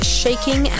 shaking